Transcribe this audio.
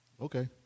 okay